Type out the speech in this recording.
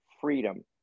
freedom